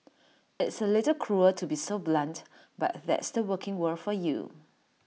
it's A little cruel to be so blunt but that's the working world for you